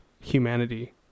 humanity